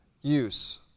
use